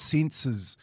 Senses